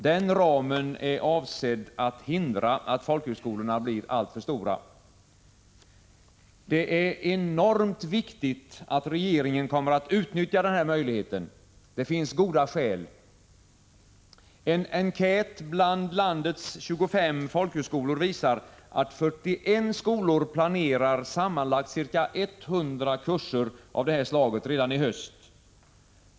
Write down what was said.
Den ramen är avsedd att hindra att folkhögskolorna blir alltför stora. Det är enormt viktigt att regeringen utnyttjar den här möjligheten. Det finns goda skäl. En enkät bland landets 125 folkhögskolor visar att 41 skolor planerar sammanlagt ca 100 kurser av det här slaget redan i höst.